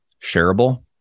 shareable